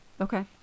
Okay